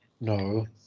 no